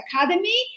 academy